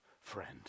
friend